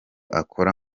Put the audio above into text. akora